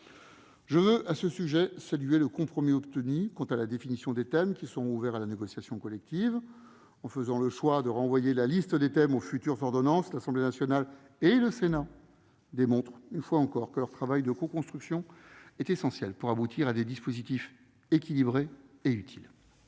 Je veux, à ce sujet, saluer le compromis obtenu quant à la définition des thèmes qui seront ouverts à la négociation collective. En faisant le choix de renvoyer cette liste de thèmes à la future ordonnance, l'Assemblée nationale et le Sénat démontrent, une fois encore, que leur travail de coconstruction est essentiel pour aboutir à des dispositifs équilibrés et utiles.